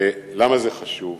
למה זה חשוב?